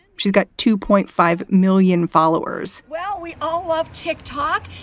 she's got two point five million followers well, we all love to talk.